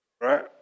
right